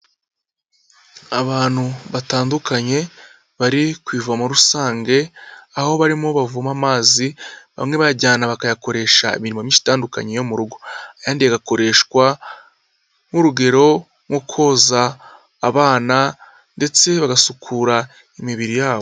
Abantu batandukanye bari ku ivamo rusange, aho barimo bavoma amazi, bamwe bayajyana bakayakoresha imirimo myinshi itandukanye yo mu rugo, ayandi agakoreshwa nk'urugero nko koza abana ndetse bagasukura imibiri yabo.